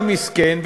למסכן,